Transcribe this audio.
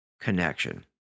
connection